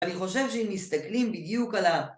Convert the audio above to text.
אני חושב שאם מסתכלים בדיוק על ה...